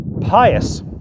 pious